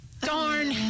Darn